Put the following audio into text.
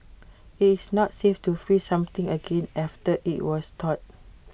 IT is not safe to freeze something again after IT was thawed